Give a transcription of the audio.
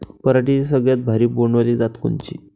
पराटीची सगळ्यात भारी बोंड वाली जात कोनची?